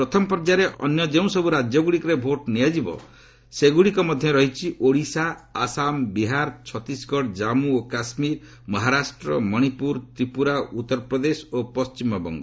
ପ୍ରଥମ ପର୍ଯ୍ୟାୟରେ ଅନ୍ୟ ଯେଉଁସବୁ ରାକ୍ୟଗୁଡ଼ିକରେ ଭୋଟ୍ ନିଆଯିବ ସେଗୁଡ଼ିକ ମଧ୍ୟରେ ରହିଛି ଓଡ଼ିଶା ଆସାମ ବିହାର ଛତିଶଗଡ଼ କାଶ୍ମୁ ଓ କାଶ୍ମୀର ମହାରାଷ୍ଟ୍ର ମଣିପୁର ତ୍ରିପୁରା ଉତ୍ତରପ୍ରଦେଶ ଓ ପଶ୍ଚିମବଙ୍ଗ